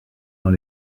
dans